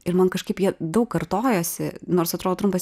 ir man kažkaip jie daug kartojosi nors atrodo trumpas